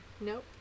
Nope